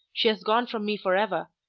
she has gone from me forever,